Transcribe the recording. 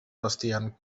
vestien